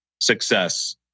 success